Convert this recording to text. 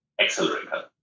accelerator